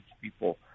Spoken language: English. people